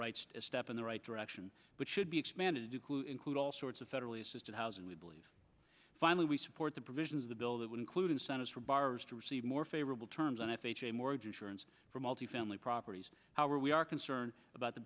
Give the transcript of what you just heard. right to step in the right direction but should be expanded to include all sorts of federally assisted housing we believe finally we support the provisions of the bill that would include incentives for borrowers to receive more favorable terms on f h a mortgage insurance for multifamily properties how are we are concerned about the